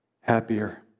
happier